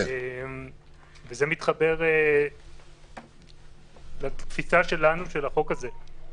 זה מתחבר לתפיסה שלנו של החוק הזה.